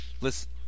Listen